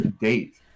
date